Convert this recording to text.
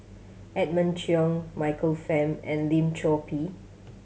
Edmund Cheng Michael Fam and Lim Chor Pee